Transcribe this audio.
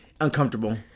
Uncomfortable